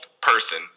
person